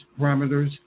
parameters